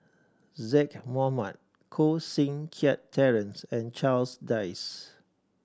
Zaqy Mohamad Koh Seng Kiat Terence and Charles Dyce